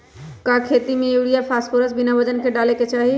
का खेती में यूरिया फास्फोरस बिना वजन के न डाले के चाहि?